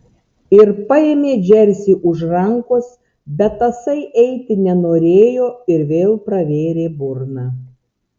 ir paėmė džersį už rankos bet tasai eiti nenorėjo ir vėl pravėrė burną